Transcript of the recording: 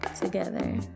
together